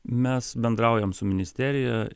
mes bendraujam su ministerija